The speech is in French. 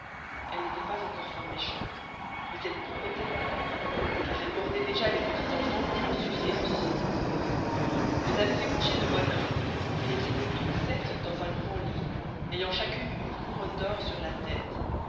elles n'estoient pas encore fort méchantes mais elles promettoient beaucoup car elles mordoient déja les petits enfans pour en susser le sang on les avoit fait coucher de bonne heure et elles estoient toutes sept dans un grand lit ayant chacune une couronne d'or sur la teste